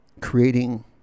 creating